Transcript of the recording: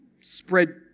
spread